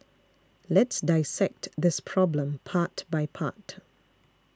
let's dissect this problem part by part